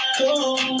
cool